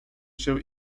się